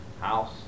house